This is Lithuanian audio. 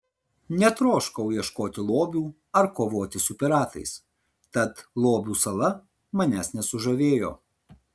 netroškau ieškoti lobių ar kovoti su piratais tad lobių sala manęs nesužavėjo